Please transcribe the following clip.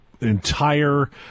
entire